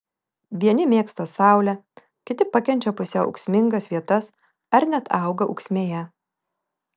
vieni mėgsta saulę kiti pakenčia pusiau ūksmingas vietas ar net auga ūksmėje